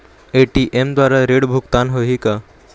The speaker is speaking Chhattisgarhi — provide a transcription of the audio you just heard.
ए.टी.एम द्वारा ऋण भुगतान होही का?